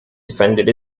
defended